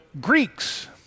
Greeks